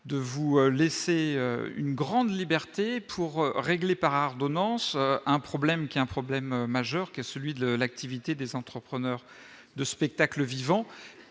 de vous laisser une grande liberté pour régler par un ordonnance un problème qui est un problème majeur qui est celui de l'activité des entrepreneurs de spectacles vivants